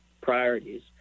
priorities